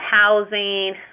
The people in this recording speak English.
housing